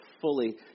fully